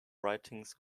writings